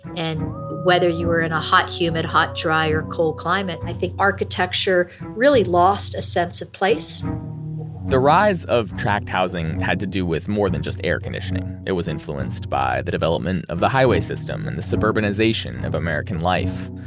and whether you were in a hot-humid, hot-dry, or cold climate, i think architecture really lost a sense of place the rise of tract housing had to do with more than just air conditioning. it was influenced by the development of the highway system and the suburbanization of american life,